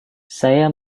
saya